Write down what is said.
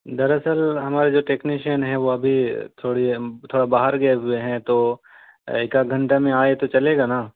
دراصل ہمارا جو ٹیکنیشین ہے وہ ابھی تھوڑی تھوڑا باہر گئے ہوئے ہیں تو ایک آدھ گھنٹہ میں آئے تو چلے گا نا